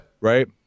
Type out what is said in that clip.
right